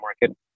market